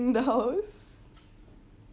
in the house